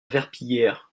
verpillière